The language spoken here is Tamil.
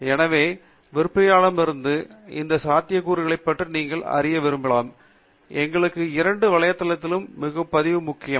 எனவே விற்பனையாளரிடமிருந்து இந்த சாத்தியக்கூறுகளைப் பற்றி நீங்கள் அறிய விரும்பலாம் எங்களுக்கு இரண்டு வளையத்திலும் பதிவு முக்கியம்